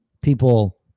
people